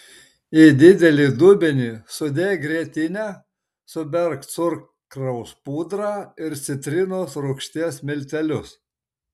į didelį dubenį sudėk grietinę suberk cukraus pudrą ir citrinos rūgšties miltelius